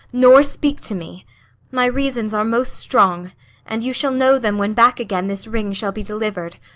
nor speak to me my reasons are most strong and you shall know them when back again this ring shall be deliver'd.